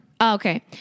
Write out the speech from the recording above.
Okay